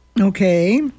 Okay